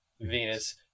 Venus